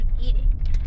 eating